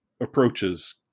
approaches